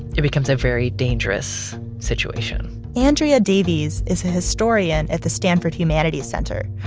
it becomes a very dangerous situation andrea davies is a historian at the stanford humanities center,